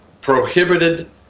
prohibited